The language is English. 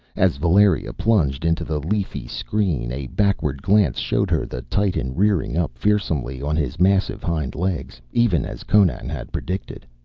as valeria plunged into the leafy screen a backward glance showed her the titan rearing up fearsomely on his massive hind-legs, even as conan had predicted.